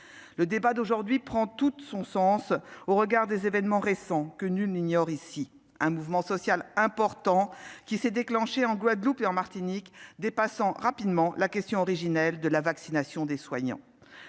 Le débat d'aujourd'hui prend tout son sens au regard des événements récents, que nul n'ignore ici. Un mouvement social important s'est déclenché en Guadeloupe et en Martinique, dépassant rapidement la question de la vaccination des soignants,